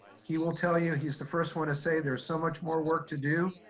he will tell you he's the first one to say there's so much more work to do.